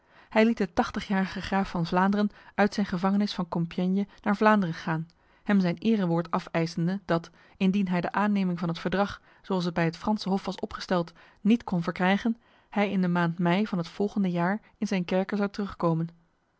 hij liet de tachtigjarige graaf van vlaanderen uit zijn gevangenis van compiègne naar vlaanderen gaan hem zijn erewoord afeisende dat indien hij de aanneming van het verdrag zoals het bij het franse hof was opgesteld niet kon verkrijgen hij in de maand mei van het volgende jaar in zijn kerker zou terugkomen